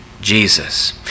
Jesus